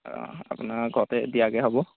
অ আপোনাৰ ঘৰতে দিয়াগৈ হ'ব